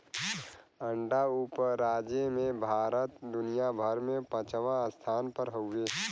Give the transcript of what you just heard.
अंडा उपराजे में भारत दुनिया भर में पचवां स्थान पर हउवे